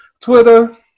Twitter